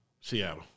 Seattle